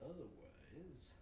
Otherwise